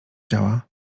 ciała